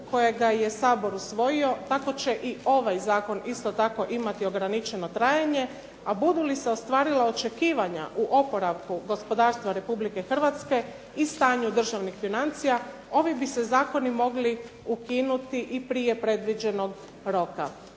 kojega je Sabor usvojio tako će i ovaj zakon isto tako imati ograničeno trajanje, a budu li se ostvarila očekivanja u oporavku gospodarstva Republike Hrvatske i stanju državnih financija ovi bi se zakoni mogli ukinuti i prije predviđenog roka.